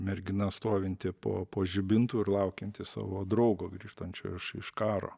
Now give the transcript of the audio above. mergina stovinti po po žibintu ir laukianti savo draugo grįžtančio iš iš karo